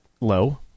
low